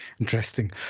Interesting